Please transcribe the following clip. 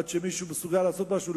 עד שמישהו מסוגל לעשות משהו.